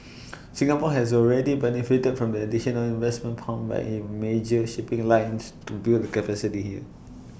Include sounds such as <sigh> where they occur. <noise> Singapore has already benefited from the additional investments pumped when in major shipping lines to build the capacity here